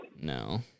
No